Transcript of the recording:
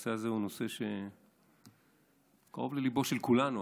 הנושא הזה הוא נושא שקרוב ללב של כולנו,